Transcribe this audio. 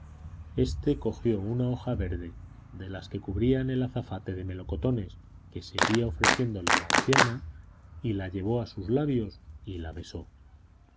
éste cogió una hoja verde de las que cubrían el azafate de melocotones que seguía ofreciéndole la anciana y la llevó a sus labios y la besó